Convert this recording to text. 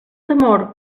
temor